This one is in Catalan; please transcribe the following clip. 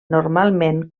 normalment